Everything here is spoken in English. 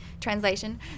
translation